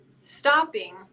stopping